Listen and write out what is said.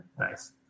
Nice